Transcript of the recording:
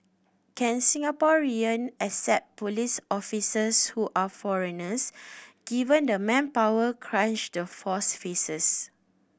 can Singaporean accept police officers who are foreigners given the manpower crunch the force faces